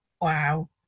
wow